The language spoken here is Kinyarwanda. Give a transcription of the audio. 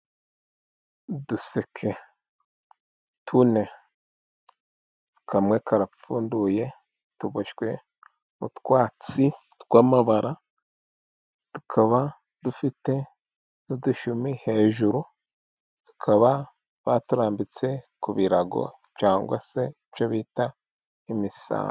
Uduseke tune, kamwe karapfunduye. Tuboshywe mu twatsi tw'amabara tukaba dufite n'udushumi hejuru. Tukaba baturambitse ku birago cyangwa se icyo bita imisambi.